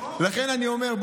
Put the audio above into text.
לכן אני אומר,